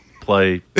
play